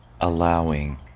allowing